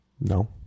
No